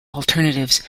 alternatives